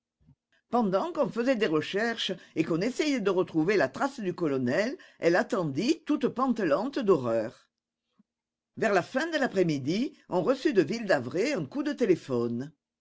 pendant qu'on faisait des recherches et qu'on essayait de retrouver la trace du colonel elle attendit toute pantelante d'horreur vers la fin de l'après-midi on reçut de ville-d'avray un coup de téléphone